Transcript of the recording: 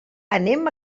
anem